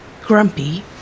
grumpy